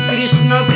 Krishna